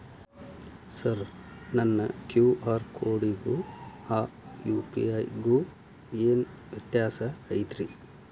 Sir ನನ್ನ QR ಕೊಡಿಗೂ ಆ ಯು.ಪಿ.ಐ ಗೂ ಏನ್ ವ್ಯತ್ಯಾಸ ಐತ್ರಿ?